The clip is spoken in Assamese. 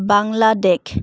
বাংলাদেশ